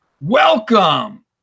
Welcome